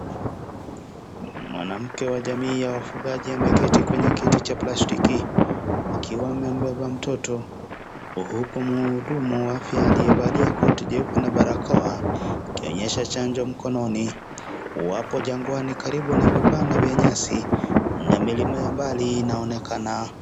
Mwanamke wa jamii ya wafugaji ameketi kwenye kiti cha plastiki akiwa amebeba mtoto huku mhudumu wa afya aliyevalia koti jeupe na barakoa akionyesha chanjo mkononi. Wapo jangwani karibu na vibanda vya nyasi na milima ya mbali inaonekana.